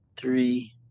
Three